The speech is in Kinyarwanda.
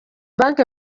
banki